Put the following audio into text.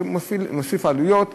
זה מוסיף עלויות.